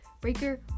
Breaker